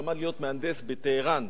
שלמד להיות מהנדס בטהרן.